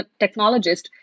technologist